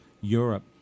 Europe